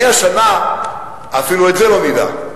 מהשנה אפילו את זה לא נדע.